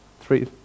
Three